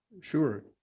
Sure